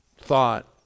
thought